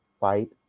fight